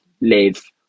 live